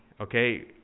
Okay